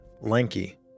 lanky